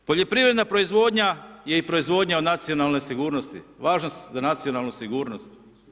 Poljoprivredna proizvodnja je i proizvodnja od nacionalne sigurnosti, važnost za nacionalnu sigurnost.